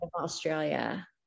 Australia